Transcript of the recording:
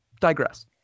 digress